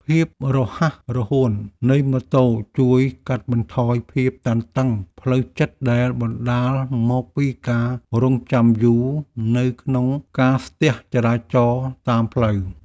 ភាពរហ័សរហួននៃម៉ូតូជួយកាត់បន្ថយភាពតានតឹងផ្លូវចិត្តដែលបណ្ដាលមកពីការរង់ចាំយូរនៅក្នុងការស្ទះចរាចរណ៍តាមផ្លូវ។